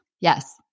Yes